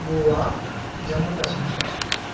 Goa Jammu Kashmir